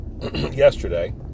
yesterday